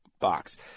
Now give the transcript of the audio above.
box